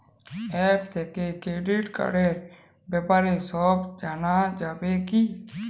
App থেকে credit কার্ডর ব্যাপারে সব জানা যাবে কি?